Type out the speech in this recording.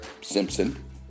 Simpson